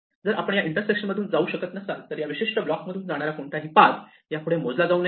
जर आपण या इंटरसेक्शन मधून जाऊ शकत नसाल तर या विशिष्ट ब्लॉक मधून जाणारा कोणताही पाथ यापुढे मोजला जाऊ नये